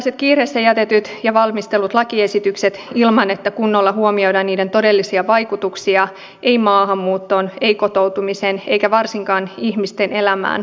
tällaiset kiireessä jätetyt ja valmistellut lakiesitykset ilman että kunnolla huomioidaan niiden todellisia vaikutuksia maahanmuuttoon kotoutumiseen tai varsinkaan ihmisten elämään on väärin